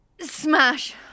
Smash